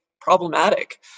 problematic